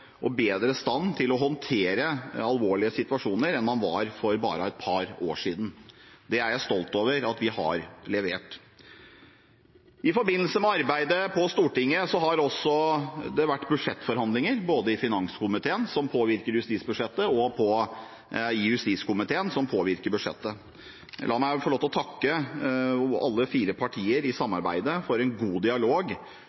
langt bedre stand til å håndtere alvorlige situasjoner enn man var for bare et par år siden. Det er jeg stolt over at vi har levert. I forbindelse med arbeidet på Stortinget har det vært budsjettforhandlinger i finanskomiteen, som påvirker justisbudsjettet, og i justiskomiteen, som også påvirker budsjettet. La meg få lov til å takke alle fire samarbeidspartiene for en god dialog